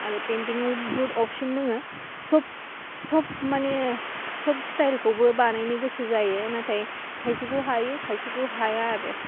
आरो पेइनथिं बुहुत अफसन दङो सब सब माने सब स्टाइलखौबो बानायनो गोसो जायो नाथाय खायसेखौ हायो खायसेखौ हाया आरो